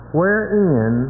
wherein